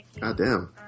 Goddamn